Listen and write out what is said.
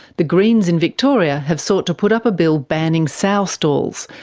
the greens in victoria have sought to put up a bill banning sow stalls,